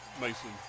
Mason